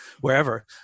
wherever